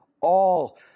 all